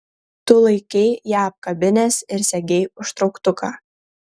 tu laikei ją apkabinęs ir segei užtrauktuką